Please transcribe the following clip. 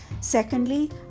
Secondly